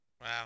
Wow